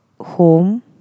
Home